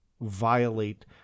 violate